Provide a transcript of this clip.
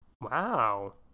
Wow